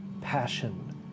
passion